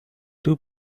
two